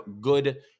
good